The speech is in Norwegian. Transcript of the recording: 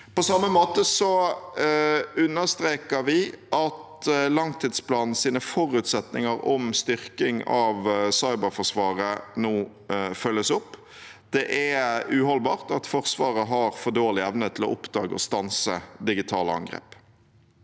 På samme måte understreker vi at langtidsplanens forutsetninger om styrking av Cyberforsvaret nå følges opp. Det er uholdbart at Forsvaret har for dårlig evne til å oppdage og stanse digitale angrep.